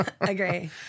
agree